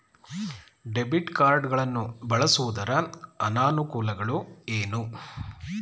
Debit card ಗಳನ್ನು ಬಳಸುವುದರ ಅನಾನುಕೂಲಗಳು ಏನು?